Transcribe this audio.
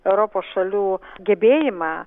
europos šalių gebėjimą